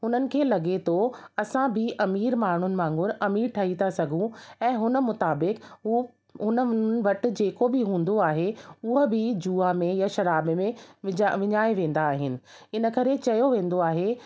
हुननि खे लॻे थो असां बि अमीर माण्हुनि वांगुरु अमीर ठही था सघूं ऐं हुन मुताबिक उहो उन वटि जेको बि हूंदो आहे उहा बि जुआ में या शराब में विझा विञाए वेंदा आहिनि इन करे चयो वेंदो आहे